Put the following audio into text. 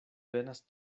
venas